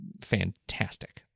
fantastic